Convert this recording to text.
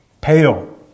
pale